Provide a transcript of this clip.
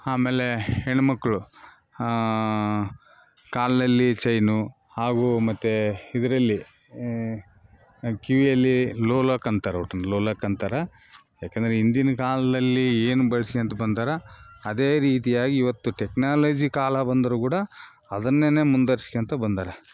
ಆಮೇಲೆ ಹೆಣ್ಮಕ್ಕಳು ಕಾಲ್ನಲ್ಲಿ ಚೈನು ಹಾಗೂ ಮತ್ತು ಇದ್ರಲ್ಲಿ ಕಿವಿಯಲ್ಲಿ ಲೋಲಾಕ್ ಅಂತಾರೆ ಒಟ್ಟು ಲೋಲಾಕ್ ಅಂತಾರೆ ಯಾಕಂದರೆ ಹಿಂದಿನ್ ಕಾಲದಲ್ಲಿ ಏನು ಬಳ್ಸಿಕೋತ್ ಬಂದಾರ ಅದೇ ರೀತಿಯಾಗಿ ಇವತ್ತು ಟೆಕ್ನಾಲಜಿ ಕಾಲ ಬಂದರು ಕೂಡ ಅದನ್ನೆನೇ ಮುಂದ್ವರ್ಸಿಕೋತ ಬಂದಾರ